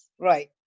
right